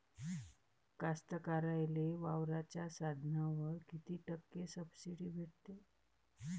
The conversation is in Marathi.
कास्तकाराइले वावराच्या साधनावर कीती टक्के सब्सिडी भेटते?